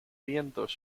vientos